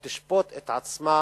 תשפוט את עצמה